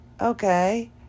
Okay